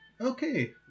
Okay